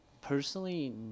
personally